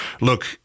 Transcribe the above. look